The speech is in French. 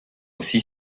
aussi